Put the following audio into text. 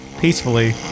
peacefully